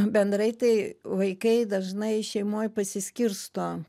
bendrai tai vaikai dažnai šeimoj pasiskirsto